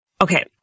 Okay